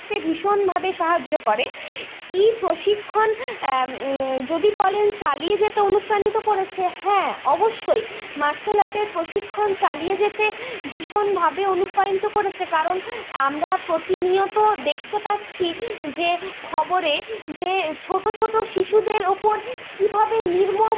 ভীষণভাবে সাহায্য করে কি প্রশিক্ষণ যদি বলেন চালিয়ে যেতে অনুপ্রাণিত করেছে হ্যাঁ অবশ্যই মার্শাল আর্টের প্রশিক্ষণ চালিয়ে যেতে ভীষণভাবে অনুপ্রাণিত করেছে কারণ আমরা প্রতিনিয়ত দেখতে পাচ্ছি যে খবরে যে ছোটো ছোটো শিশুদের ওপর কীভাবে নির্মম